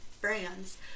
brands